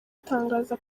itangaza